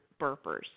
burpers